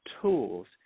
tools